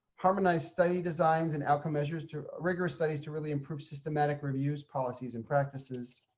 harmonize study designs and outcome measures to rigorous studies to really improve systematic reviews policies and practices.